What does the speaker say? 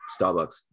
Starbucks